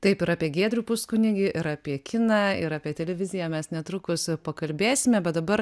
taip ir apie giedrių puskunigį ir apie kiną ir apie televiziją mes netrukus pakalbėsime bet dabar